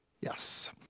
Yes